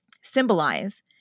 symbolize